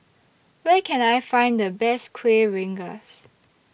Where Can I Find The Best Kueh Rengas